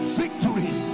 victory